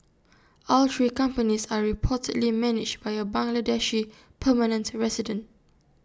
all three companies are reportedly managed by A Bangladeshi permanent resident